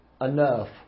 enough